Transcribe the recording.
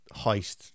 heist